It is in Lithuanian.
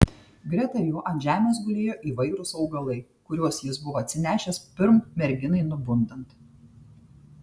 greta jo ant žemės gulėjo įvairūs augalai kuriuos jis buvo atsinešęs pirm merginai nubundant